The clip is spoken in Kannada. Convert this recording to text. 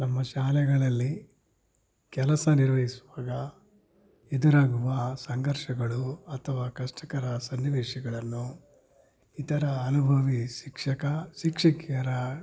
ನಮ್ಮ ಶಾಲೆಗಳಲ್ಲಿ ಕೆಲಸ ನಿರ್ವಹಿಸುವಾಗ ಎದುರಾಗುವ ಸಂಘರ್ಷಗಳು ಅಥವಾ ಕಷ್ಟಕರ ಸನ್ನಿವೇಶಗಳನ್ನು ಇತರ ಅನುಭವಿ ಶಿಕ್ಷಕ ಶಿಕ್ಷಕಿಯರ